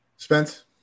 Spence